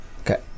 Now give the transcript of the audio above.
Okay